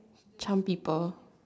charm people